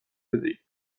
بدهید